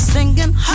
Singing